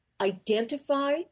identify